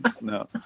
No